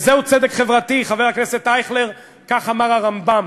וזהו צדק חברתי, חבר הכנסת אייכלר, כך אמר הרמב"ם.